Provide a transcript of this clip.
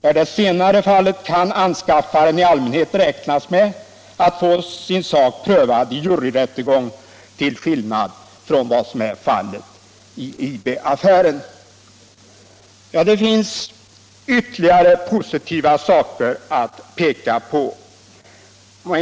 I det senare fallet kan anskaffaren i allmänhet räkna med att få sin sak prövad i juryrättegången, till skillnad mot vad som var fallet i IB-affären. Det finns ytterligare positiva saker att peka på.